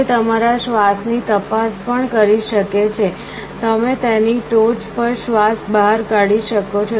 તે તમારા શ્વાસની તપાસ પણ કરી શકે છે તમે તેની ટોચ પર શ્વાસ બહાર કાઢી શકો છો